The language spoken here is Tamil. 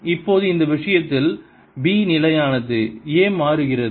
இப்போது இந்த விஷயத்தில் b நிலையானது a மாறுகிறது